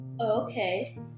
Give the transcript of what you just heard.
Okay